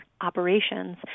operations